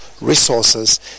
resources